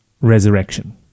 resurrection